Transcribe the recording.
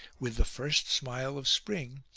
with the first smile of spring,